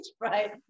right